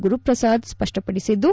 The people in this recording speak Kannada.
ಗುರುಪ್ರಸಾದ್ ಸ್ಪಷ್ಪಪಡಿಸಿದ್ದು